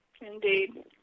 Indeed